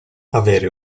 avere